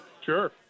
Sure